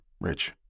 Rich